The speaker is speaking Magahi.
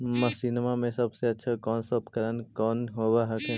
मसिनमा मे सबसे अच्छा कौन सा उपकरण कौन होब हखिन?